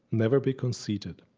never be conceited.